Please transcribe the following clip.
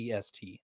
PST